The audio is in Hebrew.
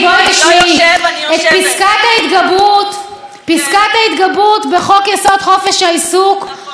את פסקת ההתגברות בחוק-יסוד: חופש העיסוק אתם העברתם.